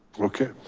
okay.